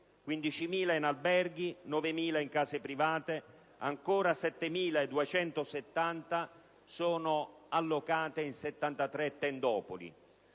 15.000 in alberghi, 9.000 in case private; 7.270 sono ancora allocate in 73 tendopoli.